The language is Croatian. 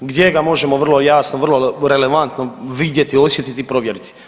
Gdje ga možemo vrlo jasno, vrlo relevantno vidjeti, osjetiti, provjeriti.